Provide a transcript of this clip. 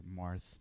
Marth